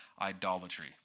idolatry